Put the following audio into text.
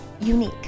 unique